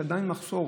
יש עדיין מחסור